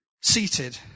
seated